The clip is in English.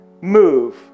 move